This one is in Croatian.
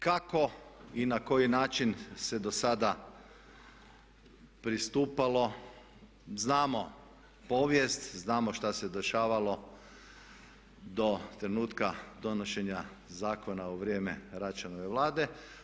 Kako i na koji način se do sada pristupalo, znamo povijest, znamo šta se dešavalo do trenutka donošenja zakona u vrijeme Račanove Vlade.